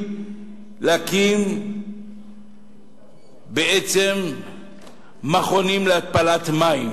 היתה להקים בעצם מכונים להתפלת מים.